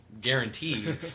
Guaranteed